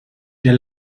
der